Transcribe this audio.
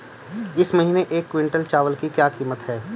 इस महीने एक क्विंटल चावल की क्या कीमत है?